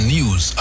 News